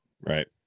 right